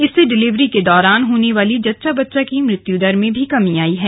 इससे डिलीवरी के दौरान होने वाली जच्या बच्चा की मृत्यु दर में कमी आई है